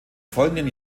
folgenden